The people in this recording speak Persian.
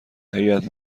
هیات